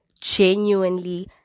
genuinely